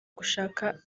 gushaka